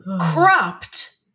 cropped